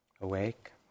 awake